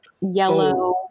yellow